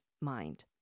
mind